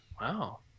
Wow